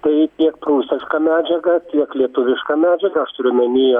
kai tiek prūsiška medžiaga tiek lietuviška medžiaga aš turiu omeny